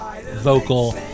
vocal